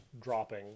dropping